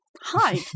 Hi